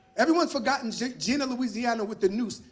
everyone's forgotten jena, louisiana with the noose,